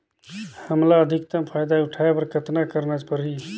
हमला अधिकतम फायदा उठाय बर कतना करना परही?